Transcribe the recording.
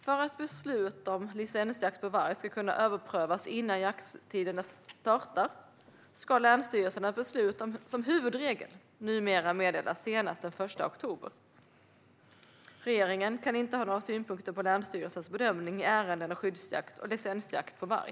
För att beslut om licensjakt på varg ska kunna överprövas innan jakttiden startar ska länsstyrelsernas beslut som huvudregel numera meddelas senast den 1 oktober. Regeringen kan inte ha några synpunkter på länsstyrelsernas bedömning i ärenden om skyddsjakt och licensjakt på varg.